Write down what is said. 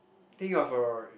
think of a